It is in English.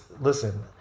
listen